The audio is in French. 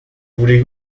voulez